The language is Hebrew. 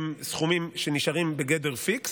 הם סכומים שנשארים בגדר פיקס.